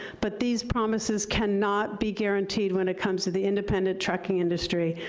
but these promises cannot be guaranteed when it comes to the independent trucking industry,